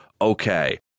okay